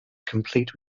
complete